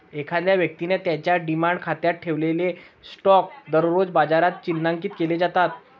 एखाद्या व्यक्तीने त्याच्या डिमॅट खात्यात ठेवलेले स्टॉक दररोज बाजारात चिन्हांकित केले जातात